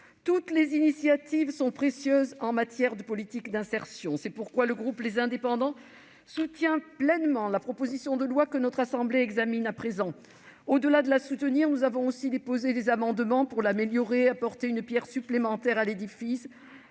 Toutes les initiatives sont précieuses en matière de politique d'insertion. C'est pourquoi le groupe Les Indépendants soutient pleinement la proposition de loi que la Haute Assemblée examine à présent. Au-delà de ce soutien, nous avons aussi déposé des amendements visant à l'améliorer, à apporter une pierre supplémentaire à l'édifice,